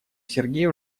сергей